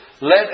Let